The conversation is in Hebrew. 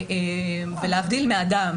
להבדיל מאדם